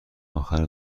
اخر